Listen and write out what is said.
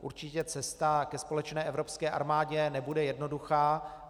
Určitě cesta ke společné evropské armádě nebude jednoduchá.